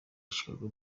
chicago